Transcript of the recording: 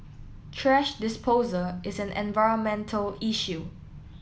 thrash disposal is an environmental issue